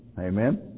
Amen